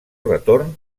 retorn